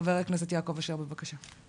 חבר הכנסת יעקב אשר, בבקשה.